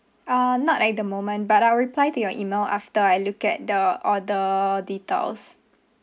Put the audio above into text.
uh not at the moment but I'll reply to your email after I look at the order details